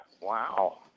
Wow